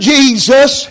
Jesus